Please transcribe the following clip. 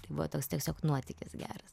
tai buvo toks tiesiog nuotykis geras